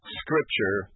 scripture